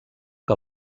que